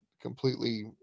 completely